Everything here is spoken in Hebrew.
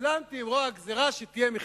שתהיה מכירה.